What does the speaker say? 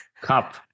Cup